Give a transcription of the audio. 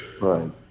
right